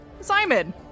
Simon